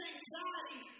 anxiety